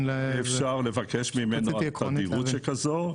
אפשר לבקש ממנו תדירות שכזו.